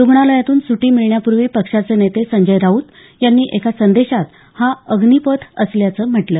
रुग्णालयातून स्रटी मिळण्यापूर्वी पक्षाचे नेते संजय राऊत यांनी एका संदेशात हा अग्नीपथ असल्याचं म्हटलं